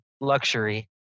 luxury